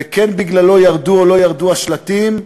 וכן בגללו ירדו או לא ירדו השלטים,